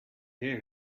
hear